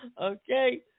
Okay